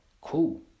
cool